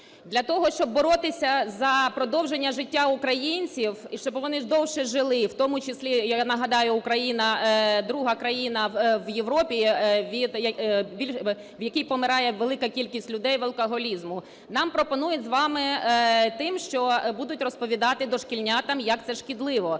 Для того, щоб боротися за продовження життя українців і щоб вони довше жили, в тому числі, я нагадаю, Україна – друга країна в Європі, в якій помирає велика кількість людей від алкоголізму, нам пропонують з вами тим, що будуть розповідати дошкільнятам, як це шкідливо.